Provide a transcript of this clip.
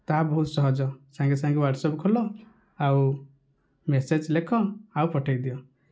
ତାହା ବହୁତ ସହଜ ସାଙ୍ଗେ ସାଙ୍ଗେ ୱାଟ୍ସଆପ ଖୋଲ ଆଉ ମେସେଜ ଲେଖ ଆଉ ପଠେଇଦିଅ